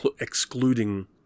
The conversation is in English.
excluding